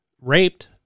raped